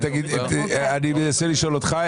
אני מנסה לשאול אותך,